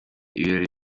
ibirori